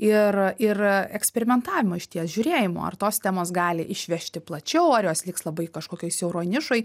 ir ir eksperimentavimo išties žiūrėjimo ar tos temos gali išvežti plačiau ar jos liks labai kažkokioje siauroj nišoj